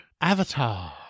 Avatar